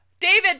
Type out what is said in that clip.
David